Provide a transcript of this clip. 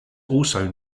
also